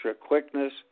quickness